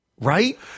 Right